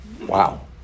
Wow